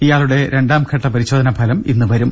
ഇയാളുടെ രണ്ടാംവട്ട പരിശോധന ഫലം ഇന്ന് വരും